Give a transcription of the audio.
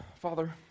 Father